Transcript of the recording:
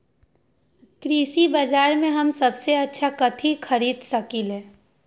कृषि बाजर में हम सबसे अच्छा कथि खरीद सकींले?